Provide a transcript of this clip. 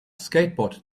skateboard